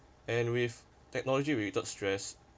and with technology related stress